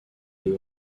you